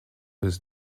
his